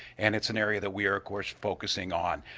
and it's an area that we are of course focusing on.